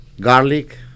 garlic